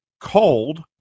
cold